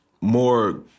more